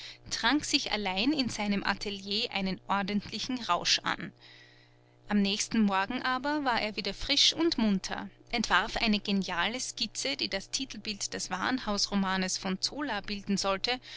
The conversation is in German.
trank sich allein in seinem atelier einen ordentlichen rausch an am nächsten morgen aber war er wieder frisch und munter entwarf eine geniale skizze die das titelbild des warenhausromanes von zola bilden sollte